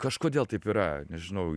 kažkodėl taip yra nežinau